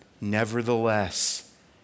Nevertheless